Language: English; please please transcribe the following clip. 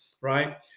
Right